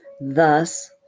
Thus